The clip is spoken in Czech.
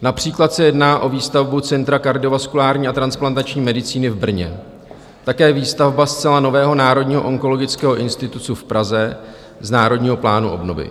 Například se jedná o výstavbu Centra kardiovaskulární a transplantační medicíny v Brně, také výstavba zcela nového Národního onkologického institutu v Praze z Národního plánu obnovy.